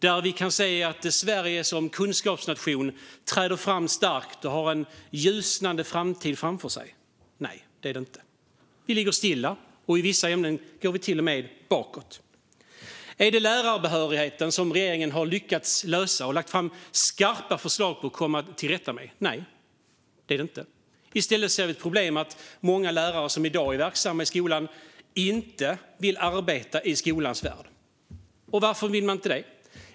Har vi kunnat se att Sverige som kunskapsnation träder fram starkt och har en ljusnande framtid? Nej. Vi ligger stilla, och i vissa ämnen går vi till och med bakåt. Har regeringen lyckats lösa lärarbehörigheten? Har man lagt fram skarpa förslag för att komma till rätta med det? Nej. I stället ser vi ett problem med att många lärare som i dag är verksamma i skolan inte vill arbeta i skolans värld. Varför vill de inte det?